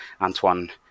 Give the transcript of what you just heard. Antoine